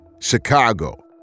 Chicago